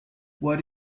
what